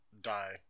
die